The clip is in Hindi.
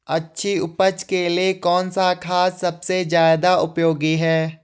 अच्छी उपज के लिए कौन सा खाद सबसे ज़्यादा उपयोगी है?